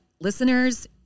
listeners